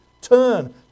Turn